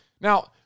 Now